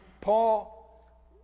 Paul